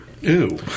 Ew